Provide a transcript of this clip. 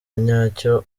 nyacyo